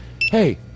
Hey